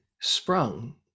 sprung